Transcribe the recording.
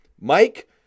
Mike